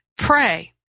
Pray